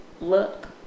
look